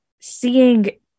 seeing